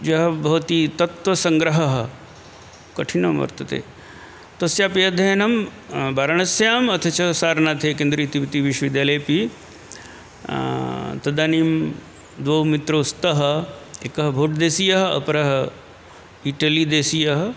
यः भवति तत्त्वसङ्ग्रहः कठिनः वर्तते तस्यापि अध्ययनं वाराणस्याम् अथ च सारनाथे केन्द्रीयतिवितिवि विश्वविद्यालयेऽपि तदानीं द्वौ मित्रौ स्तः एकः बौद्धदेशीयः अपरः इटलिदेशीयः